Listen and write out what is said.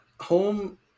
Home